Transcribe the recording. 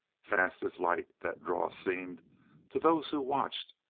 fast as light that draw seemed to those who watched,